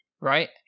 right